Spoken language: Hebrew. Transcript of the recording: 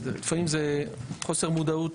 לפעמים מחוסר מודעות,